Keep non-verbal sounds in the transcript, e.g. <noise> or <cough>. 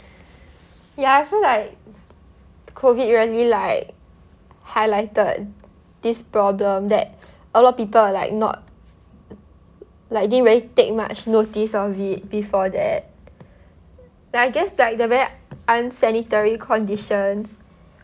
<breath> ya I feel like COVID really like highlighted this problem that <breath> a lot people are like not like didn't really take much notice of it before that <breath> but I guess like the very unsanitary conditions <breath>